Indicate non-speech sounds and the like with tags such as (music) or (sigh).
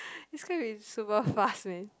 (laughs) this gonna be super fast lane